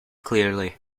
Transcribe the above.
clearly